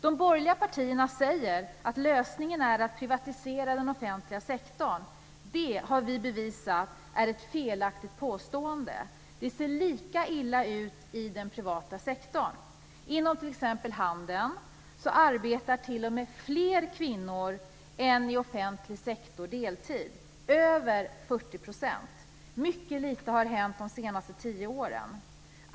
De borgerliga partierna säger att lösningen är att privatisera den offentliga sektorn. Det har vi bevisat är ett felaktigt påstående. Det ser lika illa ut i den privata sektorn. Inom t.ex. handeln arbetar t.o.m. fler kvinnor än i offentlig sektor deltid, över 40 %. Mycket lite har hänt de senaste tio åren.